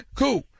cool